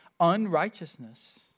unrighteousness